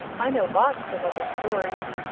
i know lots of other stories,